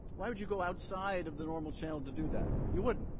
why would you go outside of the normal channel to do that? you wouldn't.